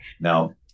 Now